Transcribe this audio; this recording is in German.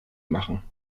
machen